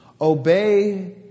obey